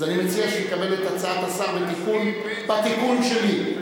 אז אני מציע שתקבל את הצעת השר בתיקון שלי.